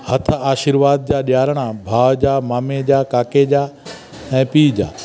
हथु आशीर्वाद जा ॾियारणा भाउ जा मामे जा काके जा ऐं पीउ जा